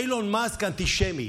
אילון מאסק, אנטישמי.